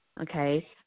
Okay